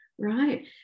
Right